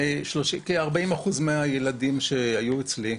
אז כ-40 אחוזים מהילדים שהיו אצלי,